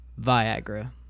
Viagra